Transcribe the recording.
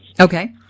Okay